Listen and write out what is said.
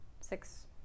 six